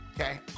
okay